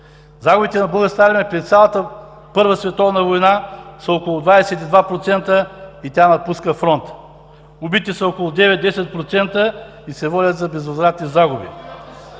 Загубите на Българската армия през цялата Първа световна война са около 22% и тя напуска фронта. Убити са около 9 – 10% и се водят за безвъзвратни загуби.